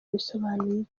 bisobanuye